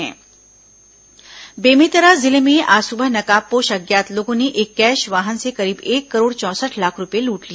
बेमेतरा लूट बेमेतरा जिले में आज सुबह नकाबपोश अज्ञात लोगों ने एक कैश वाहन से करीब एक करोड़ चौंसठ लाख रूपये लूट लिए